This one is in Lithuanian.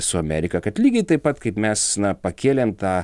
su amerika kad lygiai taip pat kaip mes na pakėlėm tą